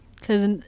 cause